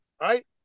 right